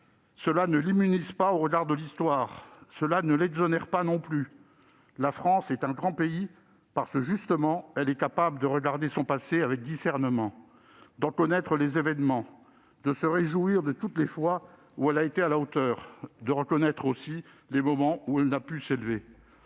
Cela ne l'immunise pas au regard de l'histoire. Cela ne l'exonère pas non plus. La France est un grand pays, justement parce qu'elle est capable de regarder son passé avec discernement, d'en connaître les événements, de se réjouir de toutes les fois où elle a été à la hauteur, de reconnaître aussi les moments où elle n'a pas su s'élever.